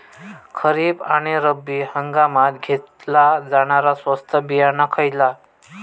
खरीप आणि रब्बी हंगामात घेतला जाणारा स्वस्त बियाणा खयला?